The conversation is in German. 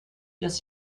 dass